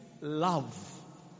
love